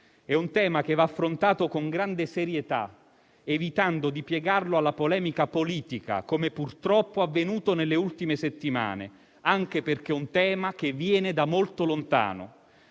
È un tema che va affrontato con grande serietà, evitando di piegarlo alla polemica politica, come purtroppo è avvenuto nelle ultime settimane, anche perché viene da molto lontano.